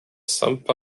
zampa